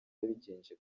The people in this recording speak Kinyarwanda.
yabigenje